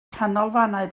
canolfannau